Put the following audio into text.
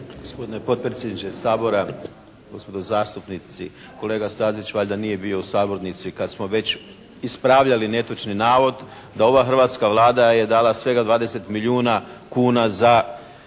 Gospodine potpredsjedniče Sabora, gospodo zastupnici, kolega Stazić valjda nije bio u sabornici kad smo već ispravljali netočni navod da ova hrvatska Vlada je dala svega 20 milijuna kuna za